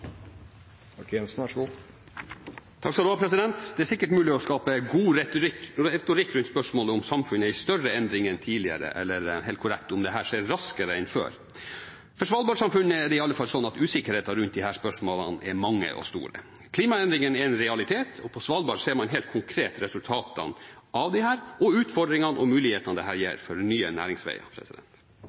i større endring enn tidligere – eller, mer korrekt, om endringene skjer raskere enn før. For Svalbard-samfunnet er det i alle fall slik at usikkerheten rundt disse spørsmålene er stor. Klimaendringene er en realitet, og på Svalbard ser man helt konkret resultatene av disse – og utfordringene og mulighetene dette kan gi for nye